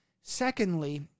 Secondly